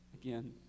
again